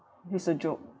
he's a joke